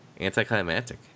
anticlimactic